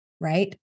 right